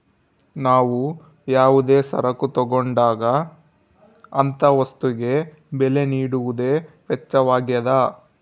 ನಾವು ಯಾವುದೇ ಸರಕು ತಗೊಂಡಾಗ ಅಂತ ವಸ್ತುಗೆ ಬೆಲೆ ನೀಡುವುದೇ ವೆಚ್ಚವಾಗ್ಯದ